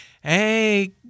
hey